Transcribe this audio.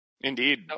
Indeed